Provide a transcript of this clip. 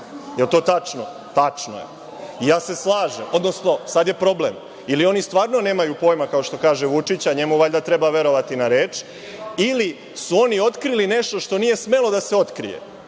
li je to tačno? Tačno je. Ja se slažem. Odnosno, sada je problem, ili oni stvarno nemaju pojma, kao što kaže Vučić, a njemu valjda treba verovati na reč, ili su oni otkrili nešto što nije smelo da se otkrije,